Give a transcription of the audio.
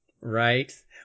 Right